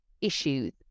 issues